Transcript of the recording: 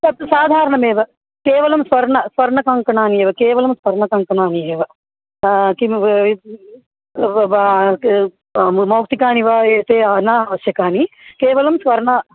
तत् साधारणमेव केवलं स्वर्ण स्वर्णकङ्कणानि एव केवलं स्वर्णकङ्कणानि एव किम् मौक्तिकानि वा एते न आवश्यकानि केवलं स्वर्ण